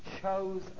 chose